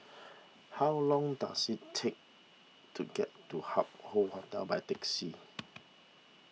how long does it take to get to Hup Hoe Hotel by taxi